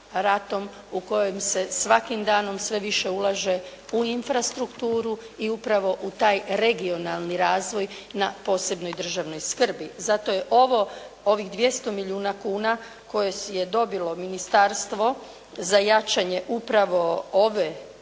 u kojoj se svakim danom sve više ulaže u infrastrukturu i upravo u taj regionalni razvoj na posebnoj državnoj skrbi. Zato je ovih 200 milijuna kuna koje je dobilo ministarstvo za jačanje upravo ovog